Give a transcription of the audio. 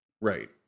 Right